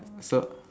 so